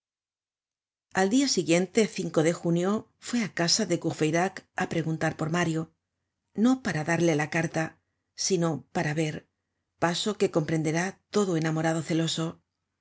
al dia siguiente de junio fuéá casa de courfeyrac á preguntar por mario no para darle la carta sino para ver paso que comprenderá iodo enamorado celoso